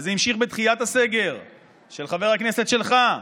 וזה המשיך בדחיית הסגר של חבר הכנסת שלך,